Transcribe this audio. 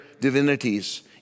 divinities